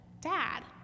Dad